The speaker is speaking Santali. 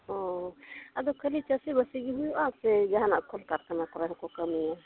ᱚ ᱟᱫᱚ ᱠᱷᱟᱹᱞᱤ ᱪᱟᱹᱥᱤ ᱵᱟᱹᱥᱤ ᱜᱮ ᱦᱩᱭᱩᱜᱼᱟ ᱥᱮ ᱡᱟᱦᱟᱱᱟᱜ ᱠᱚᱞᱠᱟᱨᱠᱷᱟᱱᱟ ᱠᱚᱨᱮ ᱦᱚᱠᱚ ᱠᱟᱹᱢᱤᱭᱟ